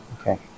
Okay